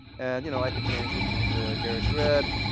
and you know i could change it and make it a garish red,